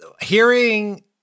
Hearing